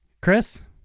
Chris